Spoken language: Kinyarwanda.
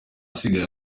asigaye